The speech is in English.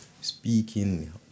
Speaking